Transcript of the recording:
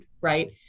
Right